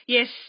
Yes